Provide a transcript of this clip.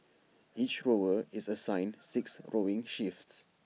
each rower is assigned six rowing shifts